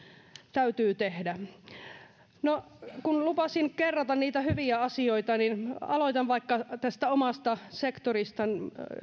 täytyy tehdä kun lupasin kerrata niitä hyviä asioita niin aloitan vaikka tästä omasta sektoristani